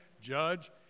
Judge